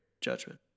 judgment